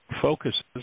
focuses